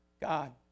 God